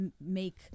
make